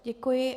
Děkuji.